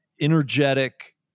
energetic